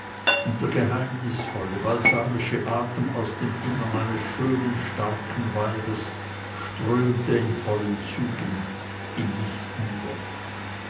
der geheimnisvolle balsamische atem aus dem innern eines schönen und starken weibes strömte in vollen zügen in mich über